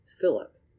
Philip